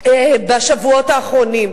בשבועות האחרונים,